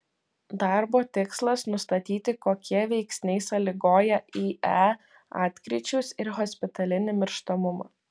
darbo tikslas nustatyti kokie veiksniai sąlygoja ie atkryčius ir hospitalinį mirštamumą